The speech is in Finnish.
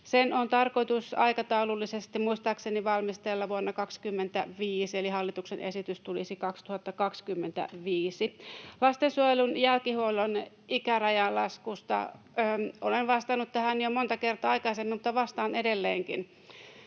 Se on tarkoitus aikataulullisesti valmistella muistaakseni vuonna 25, eli hallituksen esitys tulisi 2025. Lastensuojelun jälkihuollon ikärajan laskusta: Olen vastannut tähän jo monta kertaa aikaisemmin, mutta vastaan edelleenkin.